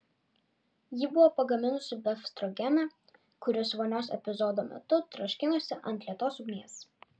ji buvo pagaminusi befstrogeną kuris vonios epizodo metu troškinosi ant lėtos ugnies